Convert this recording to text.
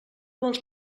vols